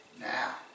now